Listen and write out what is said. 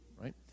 right